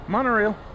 monorail